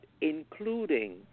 including